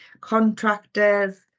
contractors